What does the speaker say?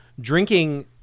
drinking